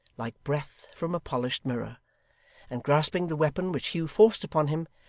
like breath from a polished mirror and grasping the weapon which hugh forced upon him,